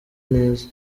neza